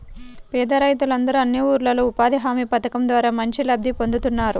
పేద రైతులందరూ అన్ని ఊర్లల్లో ఉపాధి హామీ పథకం ద్వారా మంచి లబ్ధి పొందుతున్నారు